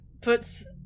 puts